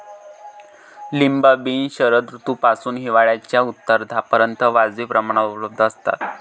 lima beans शरद ऋतूपासून हिवाळ्याच्या उत्तरार्धापर्यंत वाजवी प्रमाणात उपलब्ध असतात